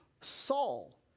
Saul